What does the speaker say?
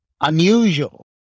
unusual